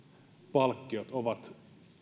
palkkiot ovat